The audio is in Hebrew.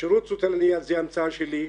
שירות סוציאלי נייד זו המצאה שלי,